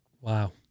Wow